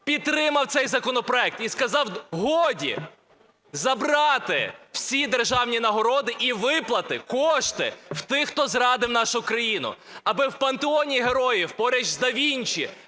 підтримав цей законопроект і сказав: годі, забрати всі державні нагороди і виплати, кошти в тих, хто зрадив нашу країну, аби в пантеоні героїв поруч з "Да Вінчі",